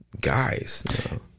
guys